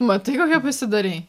matai kokia pasidarei